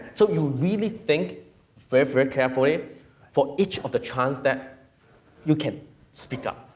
so, you really think very, very carefully for each of the chance that you can speak up.